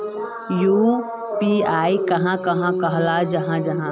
UPI कहाक कहाल जाहा जाहा?